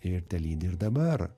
ir telydi ir dabar